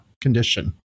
condition